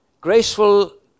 Graceful